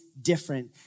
different